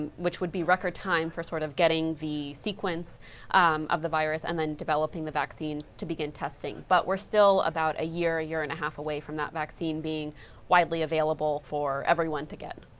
which would be record time for sort of getting the sequence of the virus and then developing the vaccine to begin testing. but we're still about a year, year and a half away from that vaccine being widely available for everyone to get.